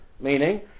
meaning